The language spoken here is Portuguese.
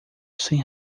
sem